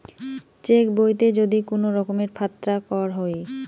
check বইতে যদি কুনো রকমের ফাত্রা কর হই